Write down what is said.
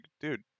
dude